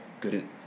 Good